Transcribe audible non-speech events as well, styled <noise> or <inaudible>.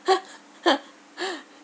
<laughs>